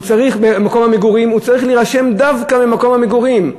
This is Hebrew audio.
הוא צריך להירשם דווקא במקום המגורים.